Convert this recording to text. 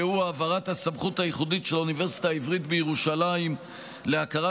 הוא העברת הסמכות הייחודית של האוניברסיטה העברית בירושלים להכרה